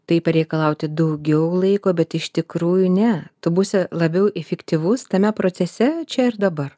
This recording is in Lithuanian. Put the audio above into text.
tai pareikalauti daugiau laiko bet iš tikrųjų ne tu būsi labiau efektyvus tame procese čia ir dabar